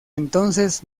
entonces